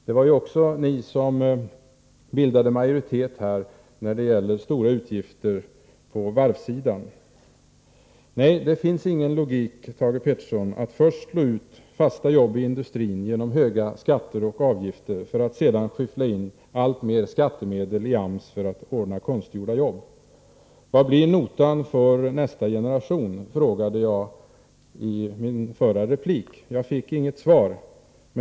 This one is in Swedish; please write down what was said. Det var ju också ni som bildade majoritet här när det gällde stora utgifter på varvssidan. Nej, det finns ingen logik i att först slå ut fasta jobb i industrin genom höga skatter och avgifter, för att sedan skyffla in alltmer skattemedel i AMS och ordna konstgjorda jobb. Vad blir notan för nästa generation? frågade jag i min förra replik. Jag fick inget svar.